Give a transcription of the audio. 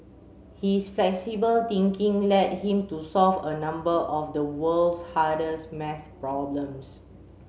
his flexible thinking led him to solve a number of the world's hardest math problems